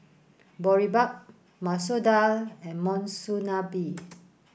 Boribap Masoor Dal and Monsunabe